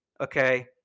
Okay